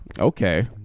Okay